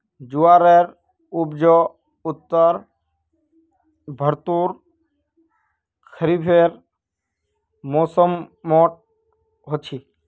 ज्वारेर उपज उत्तर भर्तोत खरिफेर मौसमोट होचे